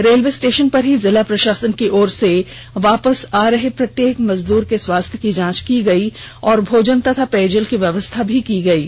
railway station पर ही जिला प्रशासन की ओर से वापस आ रहे प्रत्येक मजदूरों की स्वास्थ्य जांच की गई और भोजन तथा पेयजल की व्यवस्था की गई थी